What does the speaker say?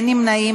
אין נמנעים.